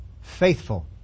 faithful